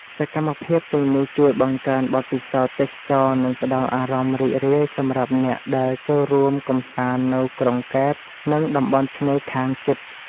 សកម្មភាពទាំងនេះជួយបង្កើនបទពិសោធន៍ទេសចរណ៍ និងផ្តល់អារម្មណ៍រីករាយសម្រាប់អ្នកដែលចូលរួមកម្សាន្តនៅក្រុងកែប និងតំបន់ឆ្នេរខាងជិត។